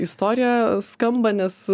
istorija skamba nes